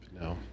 No